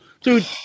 Dude